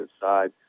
side